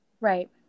right